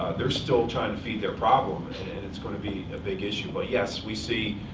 they're still trying to feed their problem, and it's going to be a big issue. but yes, we see